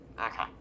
Okay